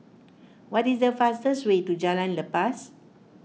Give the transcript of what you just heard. what is the fastest way to Jalan Lepas